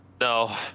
No